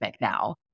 now